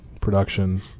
production